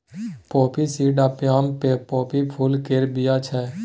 poppy seed opium poppy फुल केर बीया छै